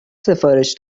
سفارش